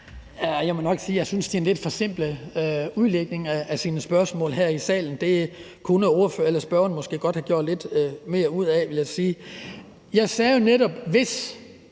jeg synes, det er en lidt forsimplet udlægning i et spørgsmål her i salen. Det kunne spørgeren måske godt have gjort lidt mere ud af, vil jeg sige. Jeg sagde jo netop »hvis«.